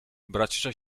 braciszek